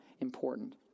important